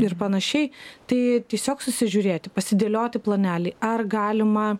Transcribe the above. ir panašiai tai tiesiog susižiūrėti pasidėlioti planelį ar galima